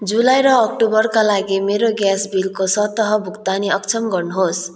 जुलाई र अक्टोबरका लागि मेरो ग्यास बिलको स्वत भुक्तानी अक्षम गर्नुहोस्